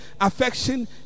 affection